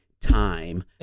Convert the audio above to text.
time